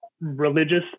religious